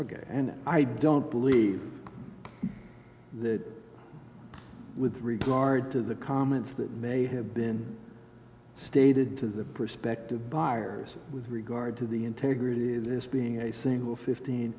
again and i don't believe that with regard to the comments that may have been stated to the prospective buyers with regard to the integrity this being a single fifteen